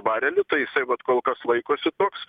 barelį tai jisai vat kol kas laikosi toks